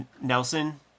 Nelson